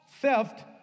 theft